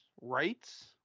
rights